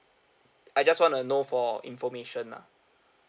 I just wanna know for information lah